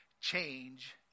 change